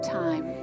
time